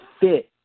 fit